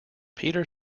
peter